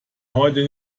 heute